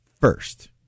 first